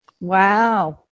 Wow